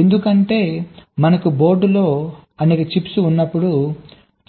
ఎందుకంటే మనకు బోర్డులో అనేక చిప్స్ ఉన్నప్పుడు